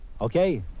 okay